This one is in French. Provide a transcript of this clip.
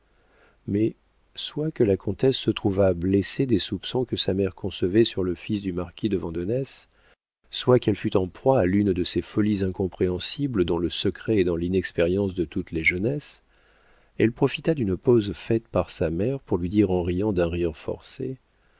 mais soit que la comtesse se trouvât blessée des soupçons que sa mère concevait sur le fils du marquis de vandenesse soit qu'elle fût en proie à l'une de ces folies incompréhensibles dont le secret est dans l'inexpérience de toutes les jeunesses elle profita d'une pause faite par sa mère pour lui dire en riant d'un rire forcé